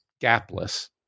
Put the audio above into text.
gapless